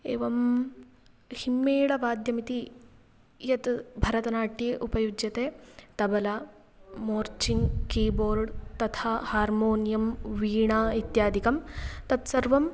एवं हिम्मेडवाद्यमिति यत् भरतनाट्ये उपयुज्यते तबला मोर्चिङ्ग् कीबोर्ड् तथा हार्मोनियं वीणा इत्यादिकं तत्सर्वम्